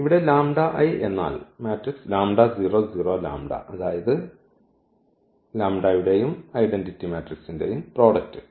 ഇവിടെ എന്നാൽ അതായത് ലാംഡയുടെയും ഐഡന്റിറ്റി മാട്രിക്സിന്റെയും പ്രോഡക്റ്റ്